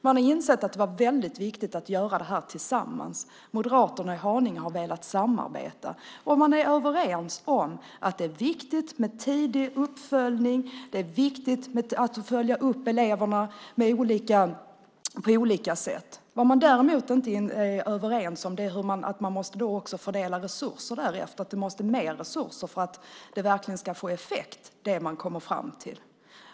Man insåg att det var viktigt att göra det tillsammans, och Moderaterna i Haninge har velat samarbeta. Man är överens om att det är viktigt med tidig uppföljning, att på olika sätt följa upp eleverna. Däremot är man inte överens om att man också måste fördela resurser därefter, att det måste till mer resurser för att det som man kommer fram till verkligen ska få effekt.